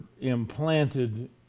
implanted